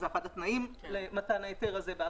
זה אחד התנאים למתן ההיתר הזה בעל